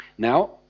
Now